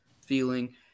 feeling